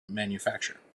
manufacture